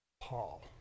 Paul